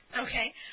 Okay